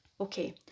Okay